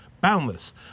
boundless